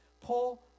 Paul